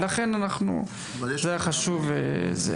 לכן זה היה חשוב לציין.